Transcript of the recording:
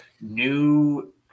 New